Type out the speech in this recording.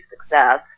success